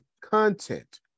content